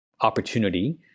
opportunity